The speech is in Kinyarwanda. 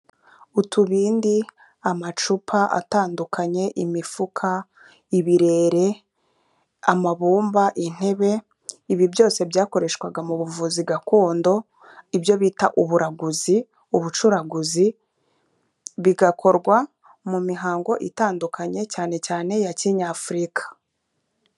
Utubindi, amacupa atandukanye, imifuka, ibirere, amabumba, intebe ibi byose byakoreshwaga mu buvuzi gakondo, ibyo bita uburaguzi, ubucuraguzi bigakorwa mu mihango itandukanye cyane cyane ya kinyafurika.